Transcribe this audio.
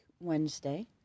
Wednesday